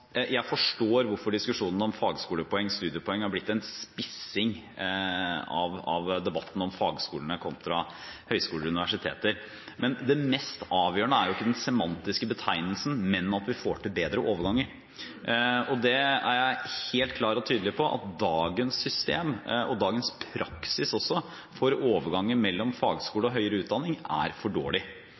Jeg må innrømme at jeg forstår hvorfor diskusjonen om fagskolepoeng/studiepoeng er blitt en spissing av debatten om fagskolene kontra høyskoler/universiteter. Men det mest avgjørende er jo ikke den semantiske betegnelsen, men at vi får til bedre overganger. Jeg er helt klar og tydelig på at dagens system og dagens praksis også for overgangen mellom fagskole og høyere utdanning er for dårlig.